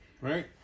right